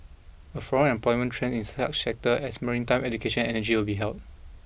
a forum employment trend in such sector as maritime education and energy will be held